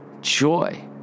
Joy